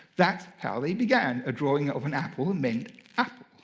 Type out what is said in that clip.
that's how they began. a drawing of an apple meant apple,